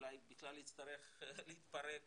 ואולי בכלל יצטרך להתפרק